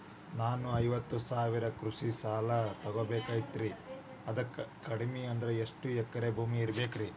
ನಾನು ಐವತ್ತು ಸಾವಿರ ಕೃಷಿ ಸಾಲಾ ತೊಗೋಬೇಕಾಗೈತ್ರಿ ಅದಕ್ ಕಡಿಮಿ ಅಂದ್ರ ಎಷ್ಟ ಎಕರೆ ಭೂಮಿ ಇರಬೇಕ್ರಿ?